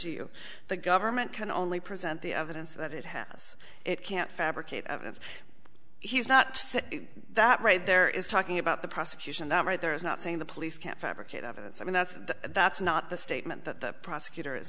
you the government can only present the evidence that it has it can't fabricate evidence he's not that right there is talking about the prosecution that right there is not saying the police can't fabricate evidence i mean that's that's not the statement that the prosecutor